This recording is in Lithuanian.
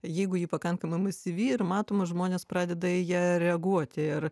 jeigu ji pakankamai masyvi ir matoma žmonės pradeda į ją reaguoti ir